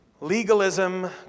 legalism